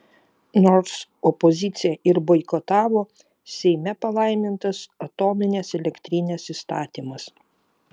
nors opozicija ir boikotavo seime palaimintas atominės elektrinės įstatymas